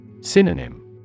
Synonym